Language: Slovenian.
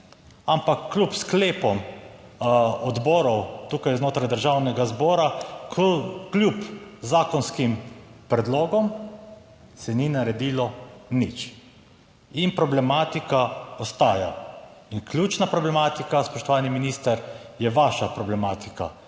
ampak kljub sklepom odborov tukaj znotraj Državnega zbora, kljub zakonskim predlogom se ni naredilo nič in problematika ostaja. In ključna problematika, spoštovani minister, je vaša problematika.